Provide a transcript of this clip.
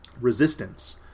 Resistance